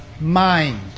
mind